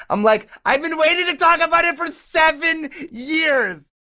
i'm like, i've been waiting to talk about it for seven years.